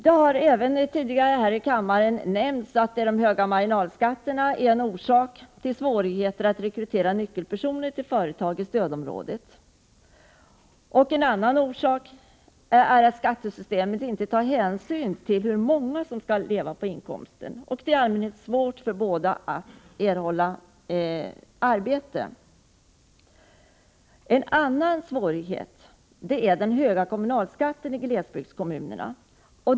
Det har tidigare i kammaren nämnts att de höga marginalskatterna är en orsak till svårigheten att rekrytera nyckelpersoner till företag i stödområdena. En annan orsak är att skattesystemet inte tar hänsyn till hur många som skall leva på inkomsten — och det är i allmänhet svårt för båda parter att erhålla arbete. En annan svårighet är den höga kommunalskatten i glesbygdskommuner.